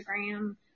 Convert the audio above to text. Instagram